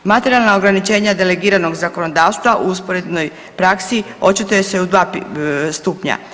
Materijalna ograničenja delegiranog zakonodavstva u usporednoj praksi očituje se i u dva stupnja.